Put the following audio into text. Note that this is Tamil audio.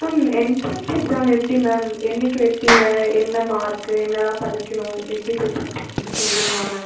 மேம் எண்ட்ரன்ஸ் எக்ஸாம் எப்படி மேம் என்றைக்கு வைப்பிங்க என்ன மார்க்கு என்னலாம் படிக்கணும் எப்படி ப்ரிப்பேர் பண்ணுறதுனு சொல்கிறிங்களா மேம்